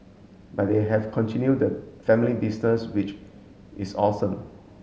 but they've continued the family business which is awesome